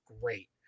great